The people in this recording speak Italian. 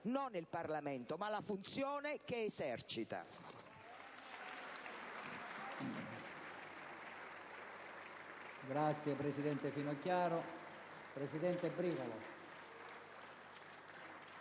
non il Parlamento, ma la funzione che esercita.